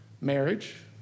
marriage